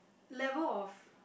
level of